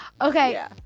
okay